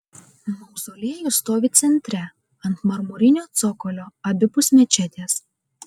mauzoliejus stovi centre ant marmurinio cokolio abipus mečetės